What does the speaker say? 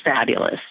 fabulous